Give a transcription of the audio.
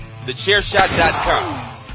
TheChairShot.com